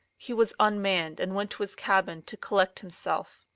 he was unmanned, and went to his cabin to collect himself.